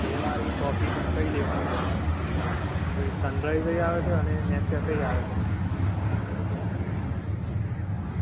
બેવાળી coffee પણ કંઈ લેવાની છે તમારે તો એ સનરાઈઝ એય આવે છે ને નેસકેફે આવે છે